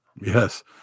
Yes